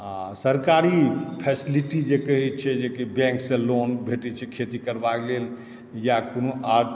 आ सरकारी फेसिलिटी जे कहै छै जेकि बैंकसँ लोन भेटै छै खेती करबाके लेल या कोनो आओर